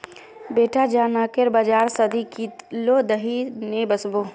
बेटा जा नाकेर बाजार स दी किलो दही ने वसबो